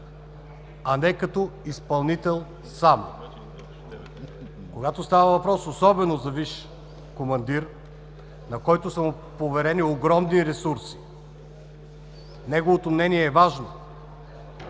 само като изпълнител. Когато става въпрос особено за висш командир, на който са му поверени огромни ресурси, неговото мнение е важно.